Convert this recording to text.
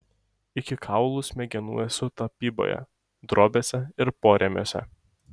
iki kaulų smegenų esu tapyboje drobėse ir porėmiuose